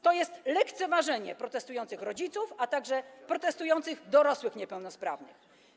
To jest lekceważenie protestujących rodziców, a także protestujących dorosłych niepełnosprawnych.